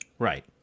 Right